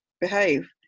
behave